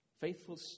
Faithful